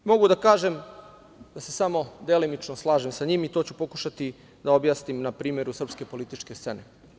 Mogu da kažem da se samo delimično slažem sa njim i to ću pokušati da objasnim na primer srpske političke scene.